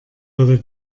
würde